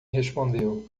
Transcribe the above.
respondeu